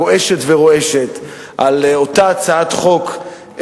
גועשת ורועשת על אותה הצעת חוק,